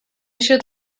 should